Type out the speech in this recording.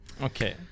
okay